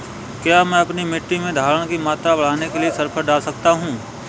क्या मैं अपनी मिट्टी में धारण की मात्रा बढ़ाने के लिए सल्फर डाल सकता हूँ?